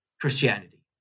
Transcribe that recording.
Christianity